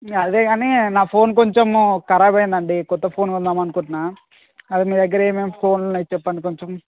అదే కానీ నా ఫోను కొంచెము ఖరాబ్ అయిందండి క్రొత్త ఫోను కొందాము అనుకుంటున్నాను అదే మీ దగ్గర ఏమేం ఫోన్లు ఉన్నాయి చెప్పండి కొంచెం